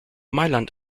mailand